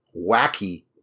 wacky